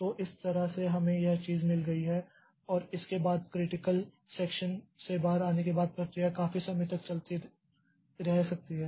तो इस तरह से हमें यह चीज मिल गई है और इसके बाद क्रिटिकल सेक्षन से बाहर आने के बाद प्रक्रिया काफी समय तक चलती रह सकती है